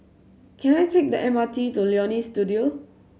can I take the M R T to Leonie Studio